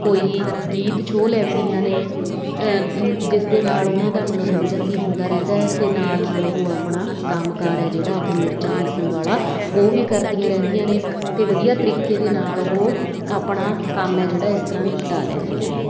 ਕੋਈ ਗੀਤ ਛੋਹ ਲੈਂਦੀਆਂ ਨੇ ਜਿਸ ਦੇ ਨਾਲ ਉਹਨਾਂ ਦਾ ਮਨੋਰੰਜਨ ਵੀ ਹੁੰਦਾ ਰਹਿੰਦਾ ਅਤੇ ਨਾਲ ਨਾਲ ਉਹ ਆਪਣਾ ਕੰਮ ਕਾਰ ਹੈ ਜਿਹੜਾ ਉਹ ਮਿਰਚਾਂ ਪੀਸਣ ਵਾਲਾ ਉਹ ਵੀ ਕਰਦੀਆਂ ਰਹਿੰਦੀਆਂ ਨੇ ਅਤੇ ਵਧੀਆ ਤਰੀਕੇ ਦੇ ਨਾਲ ਉਹ ਆਪਣਾ ਕੰਮ ਹੈ ਜਿਹੜਾ ਇਸ ਤਰ੍ਹਾਂ ਨਿਪਟਾ ਲੈਂਦੀਆਂ ਨੇ